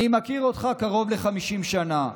אני מכיר אותך קרוב ל-50 שנה.